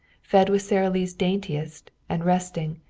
fed with sara lee's daintiest, and resting,